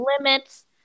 limits